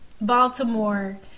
Baltimore